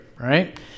right